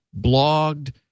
blogged